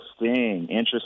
Interesting